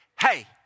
hey